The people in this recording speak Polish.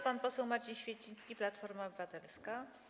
Pan poseł Marcin Święcicki, Platforma Obywatelska.